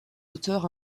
auteur